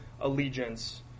allegiance